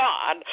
God